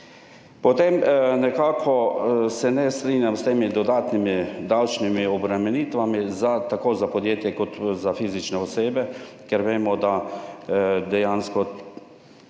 Potem nekako se ne strinjam s temi dodatnimi davčnimi obremenitvami za tako za podjetje kot za fizične osebe, ker vemo, da dejansko